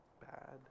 bad